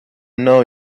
know